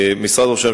כיושב-ראש,